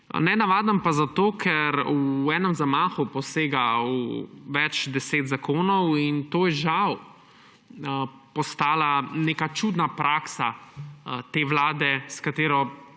Nenavaden pa zato, ker v enem zamahu posega v več deset zakonov; in to je žal postala neka čudna praksa te vlade, s katero